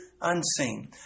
unseen